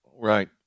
Right